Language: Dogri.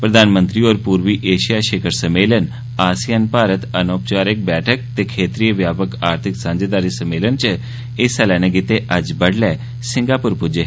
प्रधानमंत्री होर पूर्वी एशिया शिखर सम्मेलन आसियान भारत अनौपचारिक बैठक ते क्षेत्रीय व्यापक आर्थिक सांझेदारी सम्मेलन च हिस्सा लैने गितै अज्ज बड्डलै सिंगपोर पुज्जे